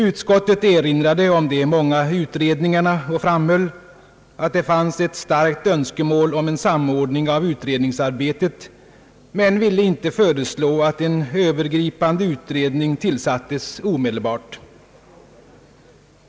Utskottet erinrade om de många utredningarna och framhöll att det fanns ett starkt önskemål om en samordning av utredningsarbetet men ville inte föreslå att en övergripande utredning tillsattes omedelbart.